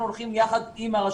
אנחנו הולכים יחד עם הרשויות.